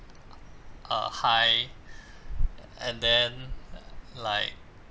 uh high and then like